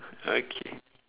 okay